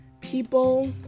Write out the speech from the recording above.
people